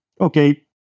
okay